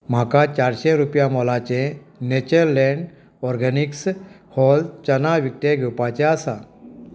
म्हाका चारशे रुपया मोलाचे नेचर लँड ऑरगॅनिक्स होल चना विकते घेवपाचे आसा